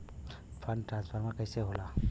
Fund transfer कैसे होला?